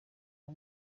uwo